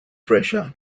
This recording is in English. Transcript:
pressure